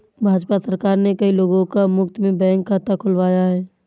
भाजपा सरकार ने कई लोगों का मुफ्त में बैंक खाता खुलवाया